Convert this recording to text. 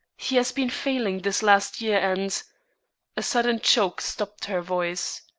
he has been failing this last year and a sudden choke stopped her voice.